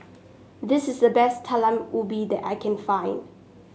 this is the best Talam Ubi that I can find